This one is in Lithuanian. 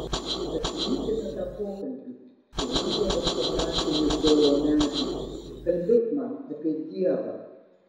atsiminkime tą pokalbį kai ąžuolas paprašė migdolo medį kalbėk man apie dievą